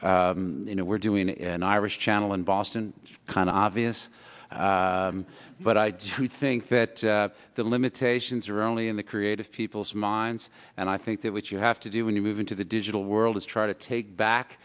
you know we're doing an irish channel in boston kind of obvious but i do think that the limitations are only in the creative people's minds and i think that what you have to do when you move into the digital world is try to take back